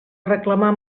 reclamar